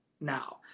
now